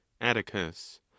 atticus